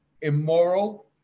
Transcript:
immoral